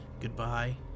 goodbye